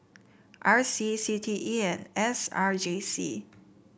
R C C T E and S R J C